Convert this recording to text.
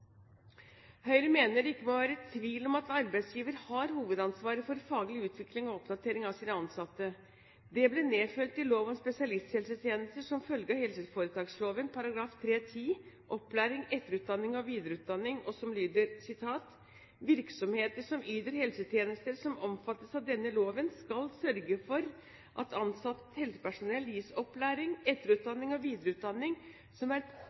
Høyre mener det ikke må være tvil om at arbeidsgiver har hovedansvaret for faglig utvikling og oppdatering av sine ansatte. Det ble nedfelt i lov om spesialisttjenester som følge av helseforetaksloven § 3-10 opplæring, etterutdanning og videreutdanning, og lyder: «Virksomheter som yter helsetjenester som omfattes av denne loven, skal sørge for at ansatt helsepersonell gis slik opplæring, etterutdanning og videreutdanning som er